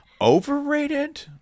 Overrated